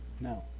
No